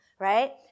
Right